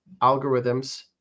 algorithms